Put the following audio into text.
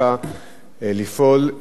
אני חושב שכל אחד היה לו צר,